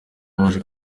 baje